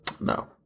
No